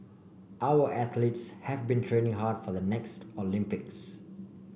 our athletes have been training hard for the next Olympics